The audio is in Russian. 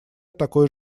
такой